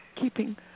keeping